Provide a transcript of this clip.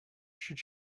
should